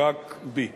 רק בי.